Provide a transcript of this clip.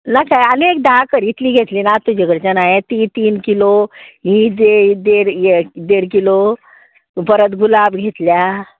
नाका आनी एक धा कर इतली घेतली ना तुजे कडच्यान हांयें तीं तीन किलो हीं देड ये देड किलो परत गुलाब घेतल्या